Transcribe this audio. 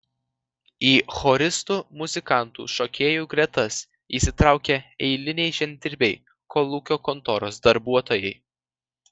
į choristų muzikantų šokėjų gretas įsitraukė eiliniai žemdirbiai kolūkio kontoros darbuotojai